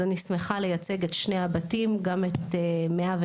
אז אני שמחה לייצג את שני הבתים, גם את 105,